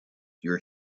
your